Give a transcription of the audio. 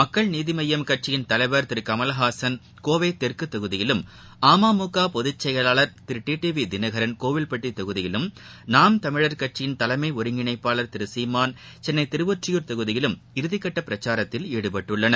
மக்கள் நீதி மய்யம் கட்சியின் தலைவர் திரு கமலஹாசன் கோவை தெற்கு தொகுதியிலும் அமமுக பொதுச்செயலாளர் Thiru T T V Dhinakaran Kovilpatti தொகுதியிலும் நாம் தமிழர் கட்சியின் தலைமை ஒருங்கிணைப்பாளர் திரு சீமான் சென்னை திருவொற்றியூர் தொகுதியிலும் இறதிகட்ட பிரச்சாரத்தில் ஈடுபட்டுள்ளனர்